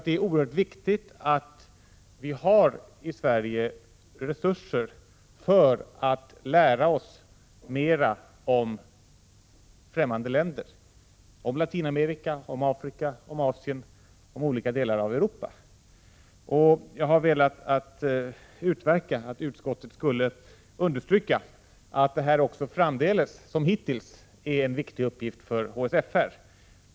Det är oerhört viktigt att vi i Sverige har resurser för att lära oss mer om främmande länder - om Latinamerika, om Afrika, om Asien och om olika delar av Europa. Jag har velat utverka att utskottet skulle understryka att detta också framdeles, som hittills, är en viktig uppgift för HSFR.